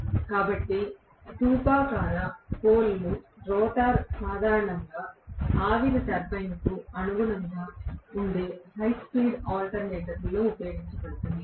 కాబట్టి స్థూపాకార pole rotor సాధారణంగా ఆవిరి టర్బైన్కు అనుగుణంగా ఉండే హై స్పీడ్ ఆల్టర్నేటర్లో ఉపయోగించబడుతుంది